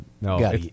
No